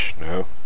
No